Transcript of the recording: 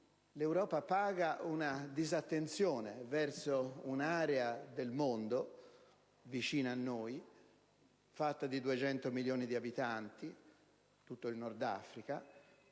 l'Europa paga una disattenzione verso un'area del mondo vicino a noi fatta di 200 milioni di abitanti (tutto il Nord Africa)